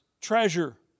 treasure